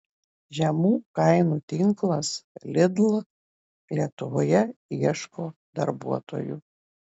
žemų kainų tinklas lidl lietuvoje ieško darbuotojų